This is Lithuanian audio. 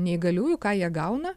neįgaliųjų ką jie gauna